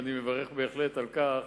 ואני מברך בהחלט על כך